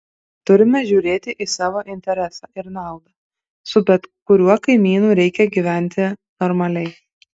turime žiūrėti į savo interesą ir naudą su bet kuriuo kaimynu reikia gyventi normaliai